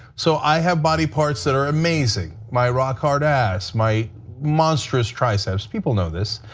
so i have body parts that are amazing. my rock hard ass, my monstrous triceps. people know this.